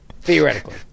theoretically